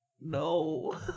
No